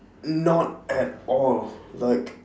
not at all like